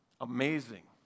Amazing